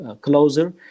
closer